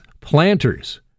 Planters